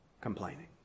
complaining